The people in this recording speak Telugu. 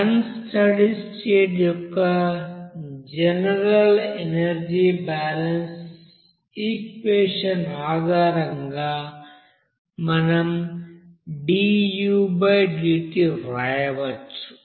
అన్ స్టడీ స్టేట్ యొక్క జనరల్ ఎనర్జీ బాలన్స్ ఈక్వెషన్ ఆధారంగా మనం dUdt వ్రాయవచ్చు